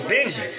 Benji